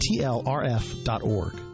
tlrf.org